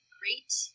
great